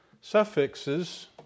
suffixes